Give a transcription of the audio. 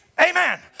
amen